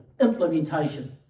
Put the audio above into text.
Implementation